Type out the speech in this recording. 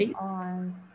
on